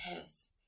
house